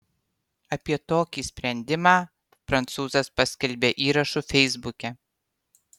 apie tokį sprendimą prancūzas paskelbė įrašu feisbuke